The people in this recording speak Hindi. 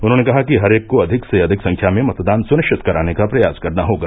उन्होंने कहा कि हर एक को अधिक से अधिक संख्या में मतदान सुनिश्चित कराने का प्रयास करना होगा